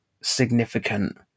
significant